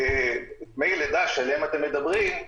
דמי לידה שעליהם אתם מדברים,